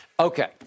Okay